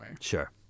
Sure